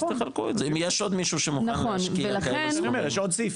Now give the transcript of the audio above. אם יש עוד מישהו שמוכן להשקיע כאלו סכומים,